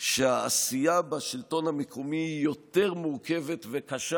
שהעשייה בשלטון המקומי היא יותר מורכבת וקשה